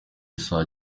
saa